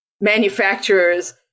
manufacturers